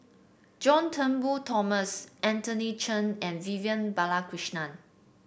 John Turnbull Thomson Anthony Chen and Vivian Balakrishnan